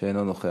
שאינו נוכח.